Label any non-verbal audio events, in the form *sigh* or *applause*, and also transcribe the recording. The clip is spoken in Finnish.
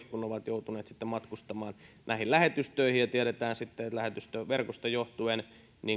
*unintelligible* kun he ovat joutuneet sitten matkustamaan näihin lähetystöihin tiedetään että lähetystöverkosta johtuen